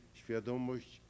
świadomość